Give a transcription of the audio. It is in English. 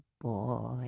boy